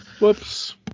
whoops